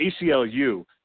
ACLU